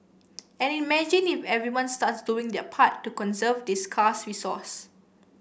and imagine if everyone starts doing their part to conserve this scarce resource